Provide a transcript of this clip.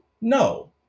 No